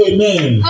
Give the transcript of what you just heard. Amen